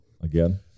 Again